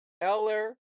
Eller